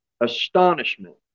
astonishment